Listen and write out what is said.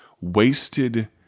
wasted